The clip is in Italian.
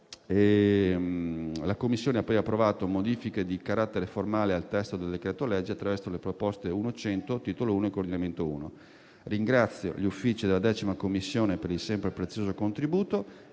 La Commissione poi ha approvato modifiche di carattere formale al testo del decreto-legge attraverso le proposte emendative 1.100, tit. 1 e coord. 1. Ringrazio gli uffici della 10a Commissione per il prezioso contributo